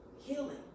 healing